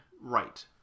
Right